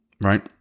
right